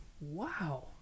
Wow